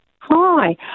Hi